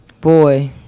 Boy